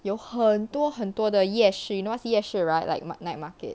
有很多很多的夜市 you know what's 夜市 right like ni~ night market